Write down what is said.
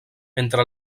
entre